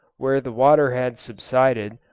where the water had subsided,